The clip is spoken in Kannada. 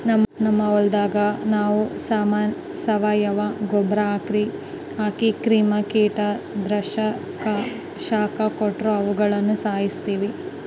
ನಮ್ ಹೊಲದಾಗ ನಾವು ಸಾವಯವ ಗೊಬ್ರ ಹಾಕಿ ಕ್ರಿಮಿ ಕೀಟ ಇದ್ರ ಶಾಖ ಕೊಟ್ಟು ಅವುಗುಳನ ಸಾಯಿಸ್ತೀವಿ